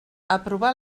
aprovar